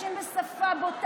משתמשים בשפה בוטה,